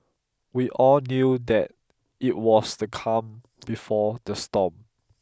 we all knew that it was the calm before the storm